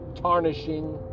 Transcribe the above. tarnishing